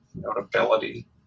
Notability